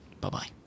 bye-bye